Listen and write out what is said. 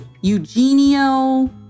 Eugenio